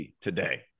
today